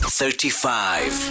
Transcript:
thirty-five